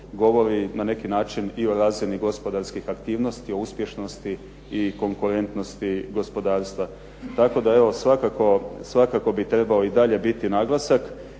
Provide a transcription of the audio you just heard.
govori na neki način i o razini gospodarskih aktivnosti, o uspješnosti i konkurentnosti gospodarstva, tako da evo svakako bi trebao i dalje biti naglasak.